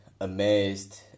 amazed